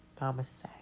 namaste